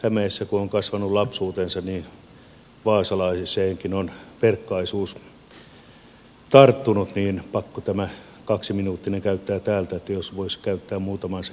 hämeessä kun on kasvanut lapsuutensa niin vaasalaiseenkin on verkkaisuus tarttunut ja on pakko tämä kaksiminuuttinen käyttää täältä että jos voisi käyttää muutaman sekunnin ylitte